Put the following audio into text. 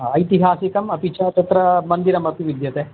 ऐतिहासिकम् अपि च तत्र मन्दिरमपि विद्यते